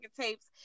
tapes